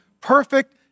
perfect